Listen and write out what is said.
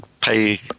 pay